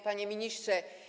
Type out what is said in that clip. Panie Ministrze!